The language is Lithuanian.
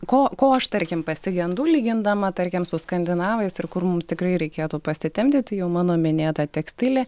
ko ko aš tarkim pasigendu lygindama tarkim su skandinavais ir kur mums tikrai reikėtų pasitempti tai jau mano minėta tekstilė